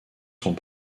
sont